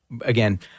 again